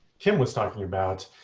kim was talking about,